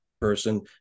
person